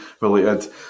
related